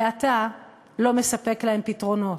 ואתה לא מספק להם פתרונות.